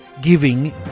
giving